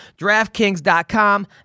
DraftKings.com